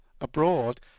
abroad